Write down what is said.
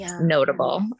notable